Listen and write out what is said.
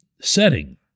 setting